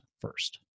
first